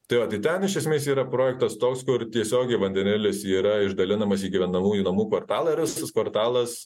tai vat tai ten iš esmės yra projektas toks kur tiesiogiai vandenilis yra išdalinamas jį gyvenamųjų namų kvartalą ir visas kvartalas